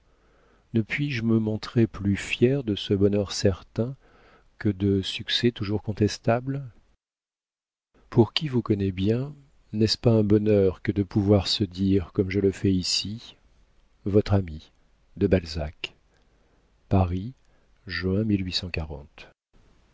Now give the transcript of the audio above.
ne puis-je me montrer plus fier de ce bonheur certain que de succès toujours contestables pour qui vous connaît bien n'est-ce pas un bonheur que de pouvoir se dire comme je le fais ici votre ami de balzac paris juin